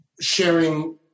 sharing